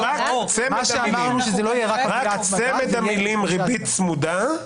רק צמד המילים "ריבית צמודה".